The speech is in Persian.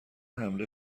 حمله